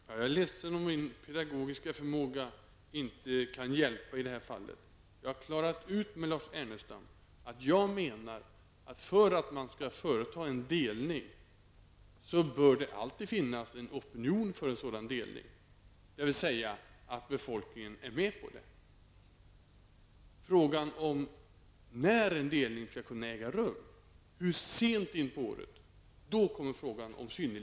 Herr talman! Jag är ledsen om min pedagogiska förmåga inte kan hjälpa i det här fallet. Jag har klarat ut med Lars Ernestam att jag menar att för att företa en delning bör det alltid finnas en opinion för något sådant, dvs. att befolkningen är med på det. Synnerliga skäl spelar in vid frågan om när en delning skall äga rum, dvs. hur sent på året.